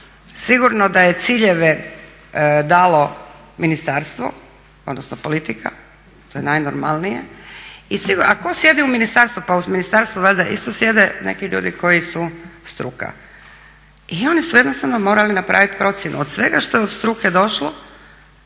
sigurno da je ciljeve dalo ministarstvo odnosno politika to je najnormalnije i sigurno, a tko sjedi u ministarstvu? Pa u ministarstvu valjda isto sjede neki ljudi koji su struka. I oni su jednostavno morali napraviti procjenu od svega što je od struke došlo